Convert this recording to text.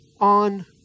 on